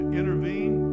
intervene